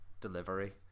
delivery